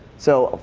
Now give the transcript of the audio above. so,